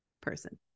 person